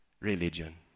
religion